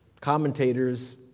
commentators